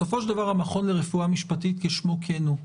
בסופו של דבר המכון לרפואה משפטית כשמו כן הוא,